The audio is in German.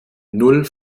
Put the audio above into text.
null